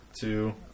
two